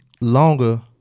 longer